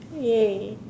!yay!